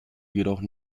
jedoch